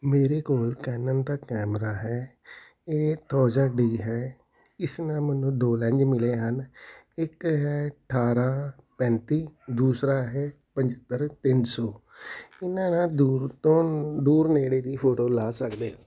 ਮੇਰੇ ਕੋਲ ਕੈਨਨ ਦਾ ਕੈਮਰਾ ਹੈ ਇਹ ਦੋ ਹਜ਼ਾਰ ਡੀ ਹੈ ਇਸ ਨਾਲ ਮੈਨੂੰ ਦੋ ਲੈਂਜ ਮਿਲੇ ਹਨ ਇੱਕ ਹੈ ਅਠਾਰਾਂ ਪੈਂਤੀ ਦੂਸਰਾ ਹੈ ਪਚੱਤਰ ਤਿੰਨ ਸੌ ਇਹਨਾਂ ਨਾਲ ਦੂਰ ਤੋਂ ਦੂਰ ਨੇੜੇ ਦੀ ਫੋਟੋ ਲਾ ਸਕਦੇ ਹਾਂ